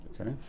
Okay